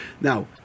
now